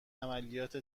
عملیات